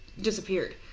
disappeared